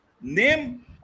name